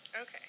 Okay